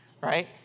right